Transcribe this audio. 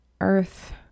earth